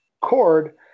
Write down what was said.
cord